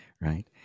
right